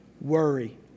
worry